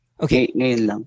Okay